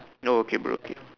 no okay bro okay